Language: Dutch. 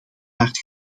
hard